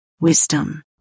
wisdom